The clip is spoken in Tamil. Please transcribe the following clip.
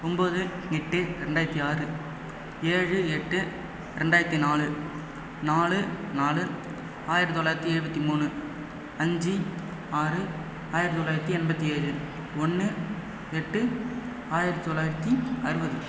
ஒன்பது எட்டு ரெண்டாயிரத்து ஆறு ஏழு எட்டு ரெண்டாயிரத்து நாலு நாலு நாலு ஆயிரத்தி தொள்ளாயிரத்து எழுபத்தி மூணு அஞ்சு ஆறு ஆயிரத்தி தொள்ளாயிரத்து எண்பத்தி ஏழு ஒன்னு எட்டு ஆயிரத்தி தொள்ளாயிரத்து அறுவது